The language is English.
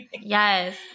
Yes